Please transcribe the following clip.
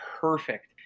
perfect